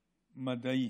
מדעית.